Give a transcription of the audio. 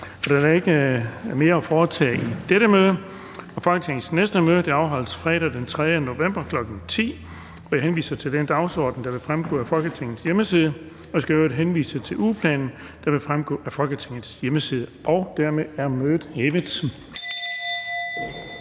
Der er ikke mere at foretage i dette møde. Folketingets næste møde afholdes fredag den 3. november, kl. 10.00. Jeg henviser til den dagsorden, der vil fremgå af Folketingets hjemmeside. Jeg skal i øvrigt henvise til ugeplanen, der også vil fremgå af Folketingets hjemmeside. Mødet er hævet.